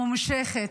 הממושכת,